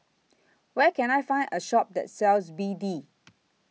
Where Can I Find A Shop that sells B D